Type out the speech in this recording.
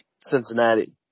Cincinnati